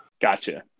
Gotcha